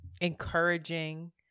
encouraging